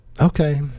okay